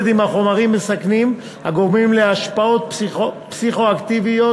עם חומרים מסכנים הגורמים להשפעות פסיכו-אקטיביות